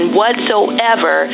whatsoever